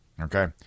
Okay